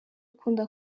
ukunda